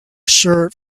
shirt